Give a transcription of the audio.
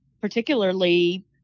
particularly